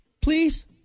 Please